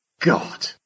God